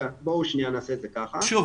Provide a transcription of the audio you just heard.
בואו שניה נעשה את זה ככה --- שוב,